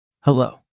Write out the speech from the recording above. Hello